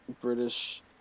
British